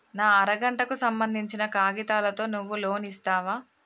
నా అర గంటకు సంబందించిన కాగితాలతో నువ్వు లోన్ ఇస్తవా?